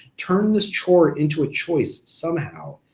turn this chore into a choice somehow,